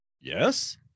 Yes